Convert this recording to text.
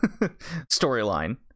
storyline